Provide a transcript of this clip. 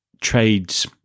trades